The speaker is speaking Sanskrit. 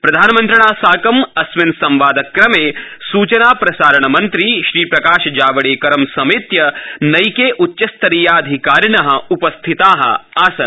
प्रधानमन्त्रिणा साकं अस्मिन् संवादक्रमे सूचनाप्रसारणमन्त्री श्रीप्रकाशजावडेकरं समेत्य नैके उच्चस्तरीयाधिकारिण उपस्थिता आसन्